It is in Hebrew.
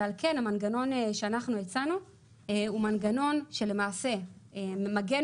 ועל כן המנגנון שאנחנו הצענו הוא מנגנון שלמעשה ממגן